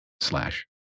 slash